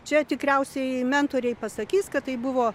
čia tikriausiai mentoriai pasakys kad tai buvo